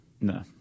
No